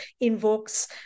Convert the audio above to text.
invokes